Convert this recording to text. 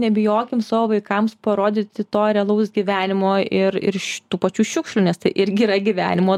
nebijokim savo vaikams parodyti to realaus gyvenimo ir ir iš tų pačių šiukšlių nes tai irgi yra gyvenimo